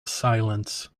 silence